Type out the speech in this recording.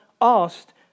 asked